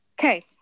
okay